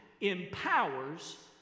empowers